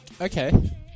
Okay